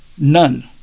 none